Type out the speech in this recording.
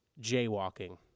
jaywalking